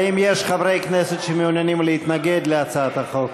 האם יש חברי כנסת שמעוניינים להתנגד להצעת החוק?